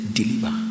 deliver